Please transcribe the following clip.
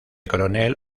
coronel